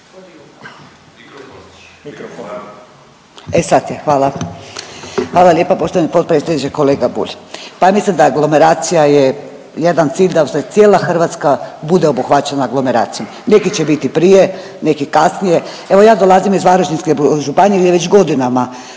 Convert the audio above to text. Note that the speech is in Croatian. E sad je, hvala. Hvala lijepa poštovani potpredsjedniče. Kolega Bulj, pa ja mislim da aglomeracija je jedan cilj da se cijela Hrvatska bude obuhvaćena aglomeracijom, neki će biti prije, neki kasnije. Evo ja dolazim iz Varaždinske županije gdje već godinama